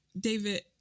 David